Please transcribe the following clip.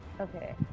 Okay